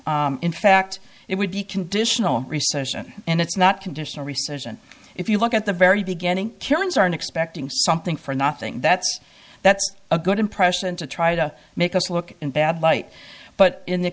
that in fact it would be conditional recession and it's not conditional recession if you look at the very beginning kiran's aren't expecting something for nothing that's that's a good impression to try to make us look in bad light but in the